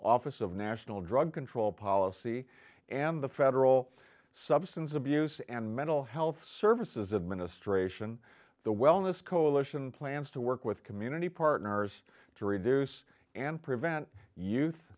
national drug control policy and the federal substance abuse and mental health services administration the wellness coalition plans to work with community partners to reduce and prevent youth